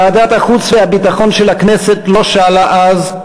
ועדת החוץ והביטחון של הכנסת לא שאלה אז,